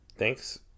Thanks